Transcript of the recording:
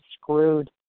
screwed